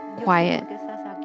Quiet